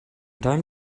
time